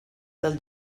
del